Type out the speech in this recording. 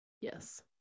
Yes